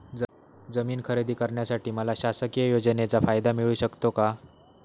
जमीन खरेदी करण्यासाठी मला शासकीय योजनेचा फायदा मिळू शकतो का?